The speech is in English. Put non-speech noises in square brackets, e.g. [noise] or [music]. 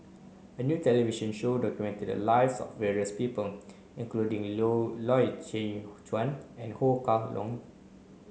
a new television show documented the live [unintelligible] various people including [unintelligible] Loy Chye Chuan and Ho Kah Leong